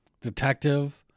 detective